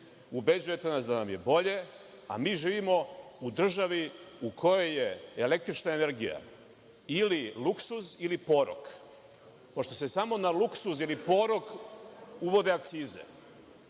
ubeđujete nas da nam je bolje, a mi živimo u državi u kojoj je električna energija ili luksuz ili porok. Pošto samo na luksuz ili porok uvode akcize.